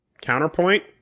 Counterpoint